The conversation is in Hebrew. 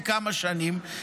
לכמה שנים,